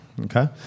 okay